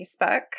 Facebook